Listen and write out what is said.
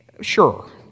Sure